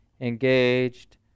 engaged